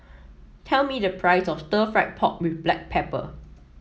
tell me the price of Stir Fried Pork with Black Pepper